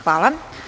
Hvala.